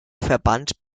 verband